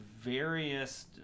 various